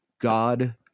God